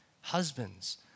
Husbands